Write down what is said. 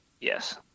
Yes